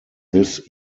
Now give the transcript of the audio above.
this